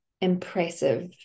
impressive